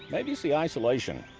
maybe it's the isolation,